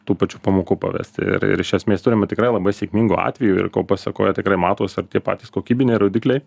tų pačių pamokų pavesti ir ir iš esmės turime tikrai labai sėkmingų atvejų ir ko pasekoje tikrai matosi ir tie patys kokybiniai rodikliai